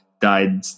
died